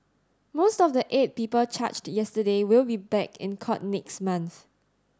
most of the eight people charged yesterday will be back in court next month